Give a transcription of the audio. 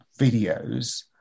videos